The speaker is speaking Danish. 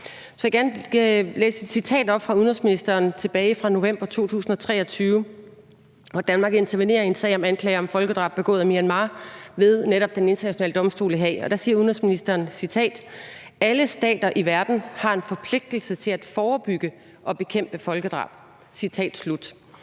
jeg gerne læse et citat op fra udenrigsministeren tilbage fra november 2023, hvor Danmark intervenerer i en sag om anklage om folkedrab begået af Myanmar ved netop Den Internationale Domstol i Haag. Der siger udenrigsministeren, at »alle stater i verden har en forpligtelse til at forebygge og bekæmpe folkedrab.« Med det